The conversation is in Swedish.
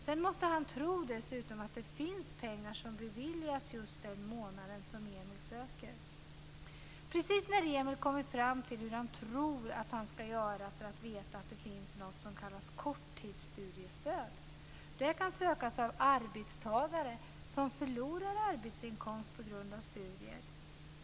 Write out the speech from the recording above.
Sedan måste han dessutom tro att det finns pengar som beviljas just den månad som han söker. Precis när Emil kommit fram till hur han tror att han skall göra får han veta att det finns något som kallas korttidsstudiestöd. Det kan sökas av arbetstagare som förlorar arbetsinkomst på grund av studier.